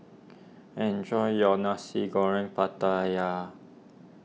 enjoy your Nasi Goreng Pattaya